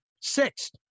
Sixth